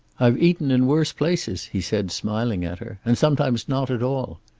i've eaten in worse places, he said, smiling at her. and sometimes not at all.